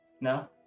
No